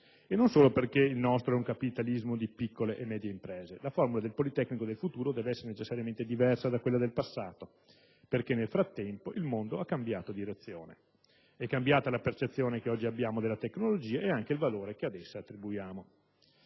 e non solo perché il nostro è un capitalismo di piccole e medie imprese: la formula del politecnico del futuro dev'essere necessariamente diversa da quella del passato, perché nel frattempo il mondo ha cambiato direzione. È cambiata la percezione che oggi abbiamo della tecnologia e anche il valore che ad essa attribuiamo.